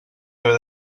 haver